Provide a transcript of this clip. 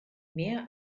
mehr